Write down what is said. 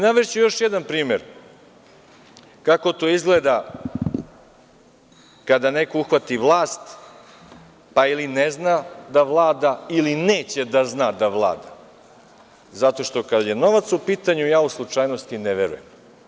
Navešću još jedan primer kako to izgleda kada neko uhvati vlast pa ili ne zna da vlada ili neće da zna da vlada, zato što kada je novac u pitanju, ja u slučajnosti ne verujem.